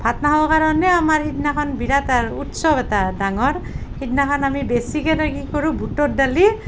ভাত নাখাওঁ কাৰণে আমাৰ সিদিনাখন বিৰাট আৰ উৎসৱ এটা ডাঙৰ সিদিনাখন আমি বেছিকেতে কি কৰোঁ বুটৰ দালি